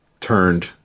turned